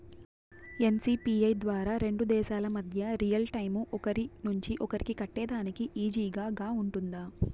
NCPI ద్వారా రెండు దేశాల మధ్య రియల్ టైము ఒకరి నుంచి ఒకరికి కట్టేదానికి ఈజీగా గా ఉంటుందా?